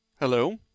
Hello